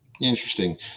interesting